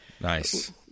Nice